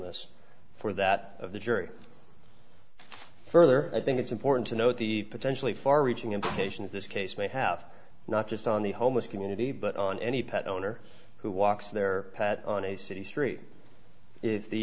ss for that of the jury further i think it's important to note the potentially far reaching implications this case may have not just on the homeless community but on any pet owner who walks their cat on a city street if the